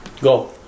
Go